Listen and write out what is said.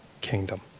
kingdom